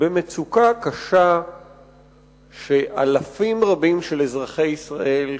במצוקה קשה שאלפים רבים של אזרחי ישראל,